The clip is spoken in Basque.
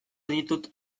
ditut